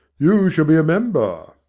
you shall be a member